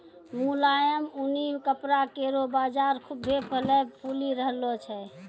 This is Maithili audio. मुलायम ऊनी कपड़ा केरो बाजार खुभ्भे फलय फूली रहलो छै